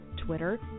Twitter